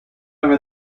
over